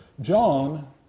John